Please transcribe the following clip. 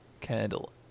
candle